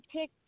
pick